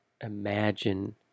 imagine